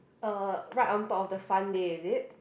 uh right on top of the fun day is it